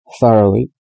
thoroughly